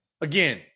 Again